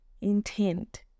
intent